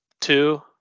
two